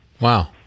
Wow